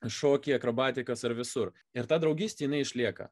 šokiai akrobatikos ar visur ir ta draugystė jinai išlieka